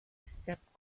stepped